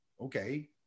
okay